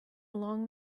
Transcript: along